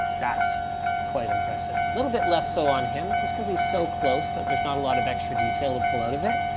that's quite impressive. little bit less so on him, just cause he's so close that there's not a lot of extra detail to pull out of it.